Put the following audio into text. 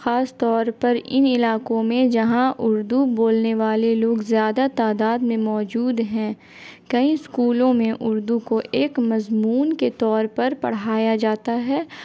خاص طور پر ان علاقوں میں جہاں اردو بولنے والے لوگ زیادہ تعداد میں موجود ہیں کئی اسکولوں میں اردو کو ایک مضمون کے طور پر پڑھایا جاتا ہے